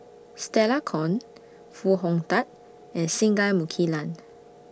Stella Kon Foo Hong Tatt and Singai Mukilan